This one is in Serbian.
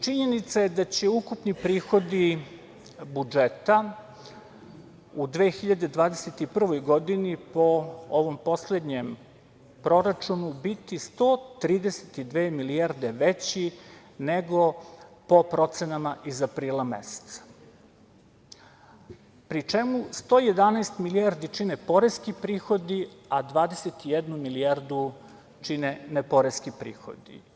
Činjenica je da će ukupni prihodi budžeta u 2021. godini, po ovom poslednjem proračunu, biti 132 milijarde veći nego po procenama iz aprila meseca, pri čemu 111 milijardi čine poreski prihodi, a 21 milijardu čine neporeski prihodi.